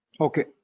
okay